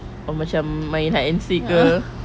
or macam main hide and seek ke